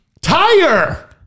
Tire